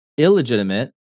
illegitimate